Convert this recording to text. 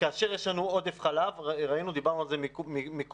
כאשר יש לנו עודף חלב ראינו ודיברנו על זה קודם